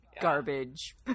garbage